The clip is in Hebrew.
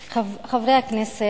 היושבת-ראש, תודה רבה, חברי הכנסת,